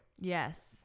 yes